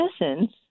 essence